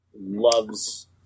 Loves